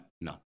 no